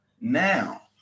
now